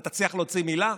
אתה תצליח להוציא מילה?